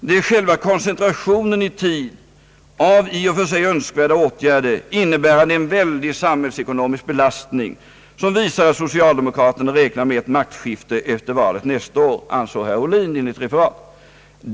Det är själva koncentrationen i tid av i och för sig önskvärda åtgärder, innebärande en väldig samhällsekonomisk belastning, som visar att socialdemokraterna räknar med ett maktskifte efter valet nästa år», ansåg herr Ohlin enligt referatet.